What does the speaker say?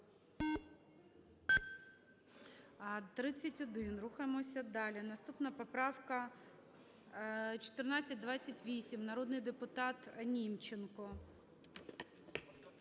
За-31 Рухаємося далі. Наступна поправка – 1428. Народний депутат Німченко.